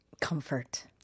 comfort